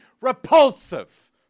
repulsive